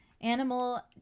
Animal